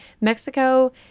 Mexico